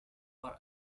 for